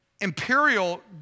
imperial